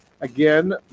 Again